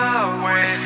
away